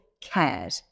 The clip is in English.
cared